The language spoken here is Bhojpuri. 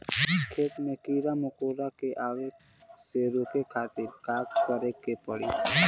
खेत मे कीड़ा मकोरा के आवे से रोके खातिर का करे के पड़ी?